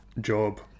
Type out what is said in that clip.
job